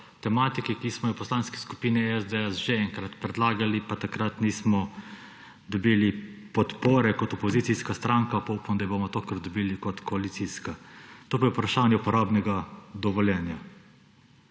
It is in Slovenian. tematike, ki smo jo v Poslanski skupini SDS že enkrat predlagali, pa takrat nismo dobili podpore kot opozicijska stranka, pa upam, da jo bomo tokrat dobili kot koalicijska, to pa je vprašanje uporabnega dovoljenja.